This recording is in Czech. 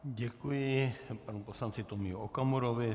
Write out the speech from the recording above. Děkuji panu poslanci Tomio Okamurovi.